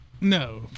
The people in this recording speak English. No